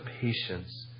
patience